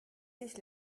sich